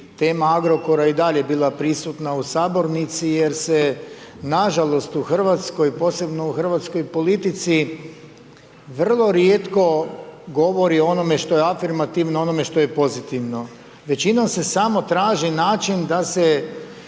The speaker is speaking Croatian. tema Agrokora i dalje bila prisutna u sabornici, jer se nažalost u Hrvatskoj, posebno u Hrvatskoj politici vrlo rijetko govori o onome što je afirmativno, o onome što je pozitivno. Većinom se samo traži način da se